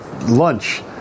lunch